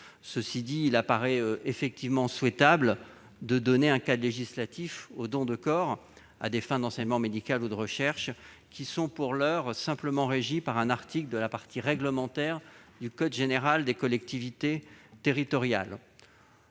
Cela dit, il apparaît effectivement souhaitable d'offrir un cadre législatif au don de corps à des fins d'enseignement médical ou de recherche, qui est, pour l'heure, simplement régi par un article de la partie réglementaire du code général des collectivités territoriales.